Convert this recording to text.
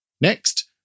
Next